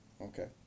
Okay